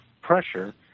pressure